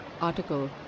Article